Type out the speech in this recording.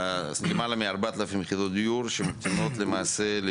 למעלה מ-4,000 יחידות דיור לשיווק.